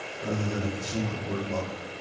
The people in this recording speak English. rather than at the single word level,